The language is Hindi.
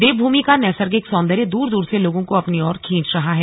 देवभूमि का नैसर्गिक सौंदर्य दूर दूर से लोगों को अपनी ओर खींच रहा है